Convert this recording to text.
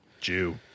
jew